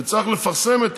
צריך לפרסם את